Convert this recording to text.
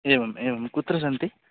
एवम् एवं कुत्र सन्ति